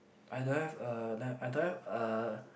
I don't a lamp I don't have a